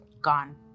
gone